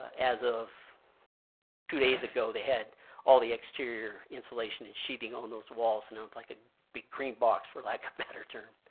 as of two days ago, they had all the exterior insulation and sheeting on those walls and it looked like a big green box, for lack of a better term.